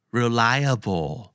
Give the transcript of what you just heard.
reliable